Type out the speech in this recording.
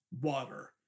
water